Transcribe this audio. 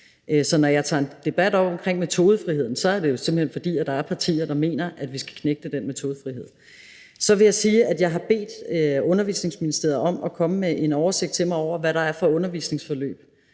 Så når jeg tager en debat op omkring metodefriheden, er det jo simpelt hen, fordi der er partier, der mener, at vi skal knægte den metodefrihed. Så vil jeg sige, at jeg har bedt Undervisningsministeriet om at komme med en oversigt til mig over, hvad der er for nogle undervisningsforløb